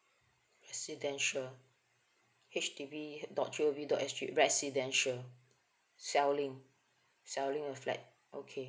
residential H D B dot G O V dot S G residential selling selling a flat okay